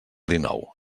dinou